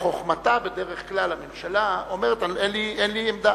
בחוכמתה, בדרך כלל, הממשלה אומרת: אין לי עמדה.